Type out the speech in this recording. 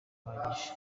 uhagije